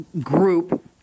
group